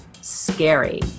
Scary